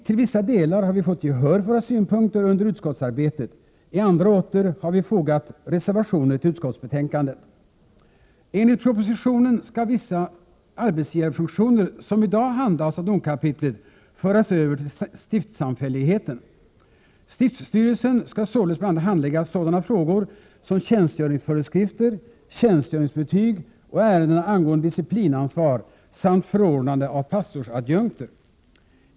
Till vissa delar har vi fått gehör för våra synpunkter under utskottsarbetet, i andra åter har vi fogat reservationer till utskottsbetänkandet. Enligt propositionen skall vissa arbetsgivarfunktioner som i dag handhas av domkapitlet föras över till stiftssamfälligheten. Stiftsstyrelsen skall således bl.a. handlägga sådana frågor som tjänstgöringsföreskrifter, tjänstgöringsbetyg och ärenden angående disciplinansvar samt förordnande av pastorsadjunkter.